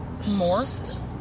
morphed